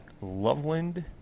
loveland